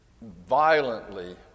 violently